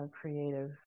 creative